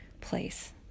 place